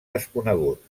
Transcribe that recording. desconegut